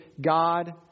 God